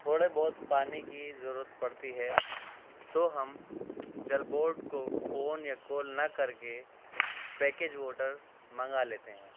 تھوڑے بہت پانی کی ضرورت پڑتی ہے تو ہم جل بورڈ کو فون یا کال نہ کر کے پیکیج واٹر منگا لیتے ہیں